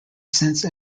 sense